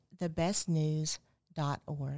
thebestnews.org